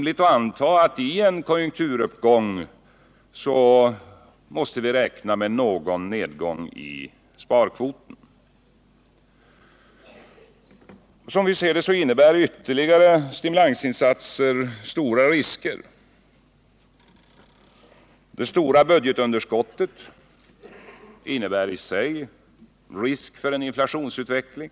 Vid en konjunkturuppgång är det också rimligt att räkna med någon nedgång när det gäller sparkvoten. Enligt vår åsikt innebär ytterligare stimulansinsatser stora risker. Det stora budgetunderskottet medför i sig risk för en inflationsutveckling.